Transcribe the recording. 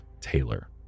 Taylor